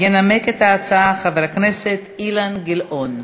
ינמק את ההצעה חבר הכנסת אילן גילאון.